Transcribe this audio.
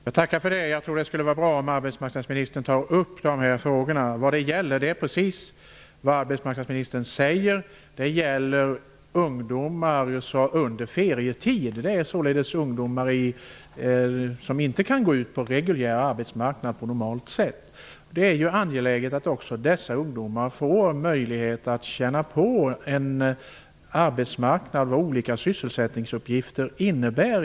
Herr talman! Jag tackar för det. Jag tror att det skulle vara bra om arbetsmarknadsministern tar upp dessa frågor. Det gäller, precis som arbetsmarknadsministern säger, jobb för ungdomar under ferietid. Det är således ungdomar som inte kan gå ut på den reguljära arbetsmarknaden. Det är angeläget att också dessa ungdomar får möjlighet att känna på vad olika sysselsättningsuppgifter innebär.